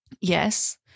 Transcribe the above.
Yes